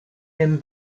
dem